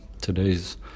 Today's